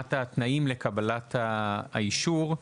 מבחינת התנאים לקבלת האישור,